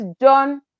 John